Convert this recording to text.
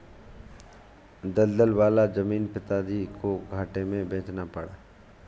दलदल वाला जमीन पिताजी को घाटे में बेचना पड़ा